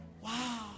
Wow